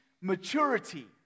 maturity